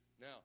Now